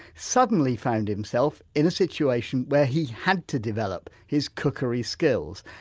suddenly found himself in a situation where he had to develop his cookery skills.